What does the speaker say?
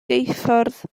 geuffordd